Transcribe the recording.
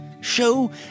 Show